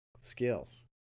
skills